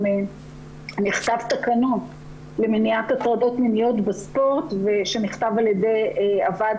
נכתב תקנון למניעת הטרדות מיניות בספורט שנכתב על ידי הוועד